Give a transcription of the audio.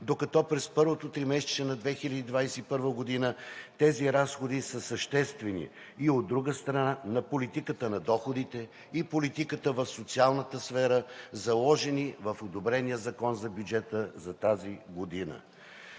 докато през първото тримесечие на 2021 г. тези разходи са съществени, и от друга страна, на политиката на доходите и политиката в социалната сфера, заложени в одобрения Закон за бюджета за тази година.